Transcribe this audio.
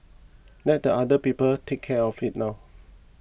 let the other people take care of it now